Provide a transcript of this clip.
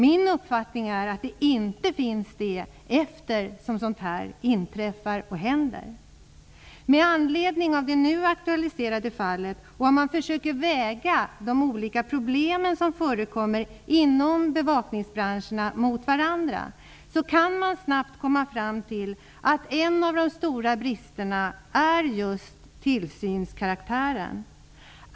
Min uppfattning är att det inte finns någon sådan, eftersom detta inträffar. Med anledning av det nu aktualiserade fallet och att man försöker väga de olika problem som förekommer inom bevakningsbranschen mot varandra, kan det snabbt slås fast att en av de stora bristerna är just tillsynskaraktären.